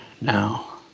now